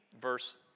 verse